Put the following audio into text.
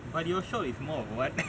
but your shop is more of [what]